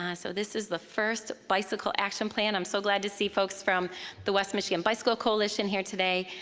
ah so this is the first bicycle action plan. i'm so glad to see folks from the west michigan bicycle coalition here today.